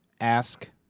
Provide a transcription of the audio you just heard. ask